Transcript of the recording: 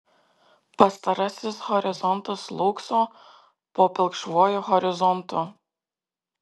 pastarasis horizontas slūgso po pilkšvuoju horizontu